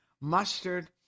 mustard